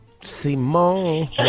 Simone